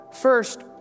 First